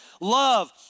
Love